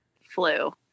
flu